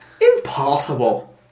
Impossible